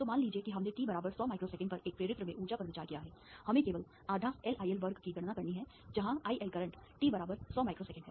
तो मान लीजिए कि हमने t 100 माइक्रोसेकंड पर एक प्रेरित्र में ऊर्जा पर विचार किया है हमें केवल आधा L IL वर्ग की गणना करनी है जहां IL करंट t 100 माइक्रोसेकंड है